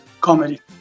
Comedy